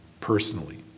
personally